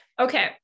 Okay